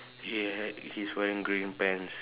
he ha~ he is wearing green pants